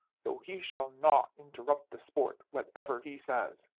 though he shall not interrupt the sport, whatever he says,